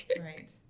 Right